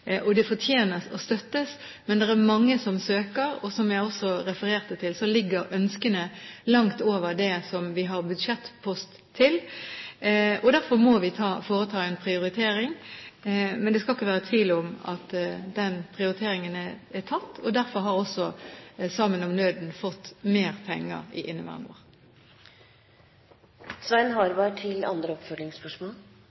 og det fortjener å få støtte. Men det er mange som søker, og som jeg også refererte til, ligger ønskene langt over det som vi har på budsjettposten. Derfor må vi foreta en prioritering. Men det skal ikke være tvil om at den prioriteringen er tatt, og derfor har også «Sammen om nøden» fått mer penger i inneværende år.